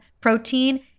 protein